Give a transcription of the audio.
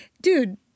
Dude